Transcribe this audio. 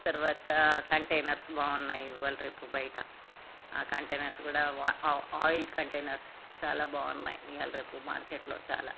తరవాత కంటైనర్స్ బాగున్నాయి ఇవాళ రేపు బయట ఆ కంటైనర్స్ కూడా ఆయిల్ కంటైనర్స్ చాలా బాగున్నాయి ఇయాల రేపు మార్కెట్లో చాలా